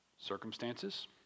Circumstances